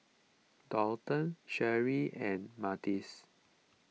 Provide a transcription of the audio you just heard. Donte Sherri and Martez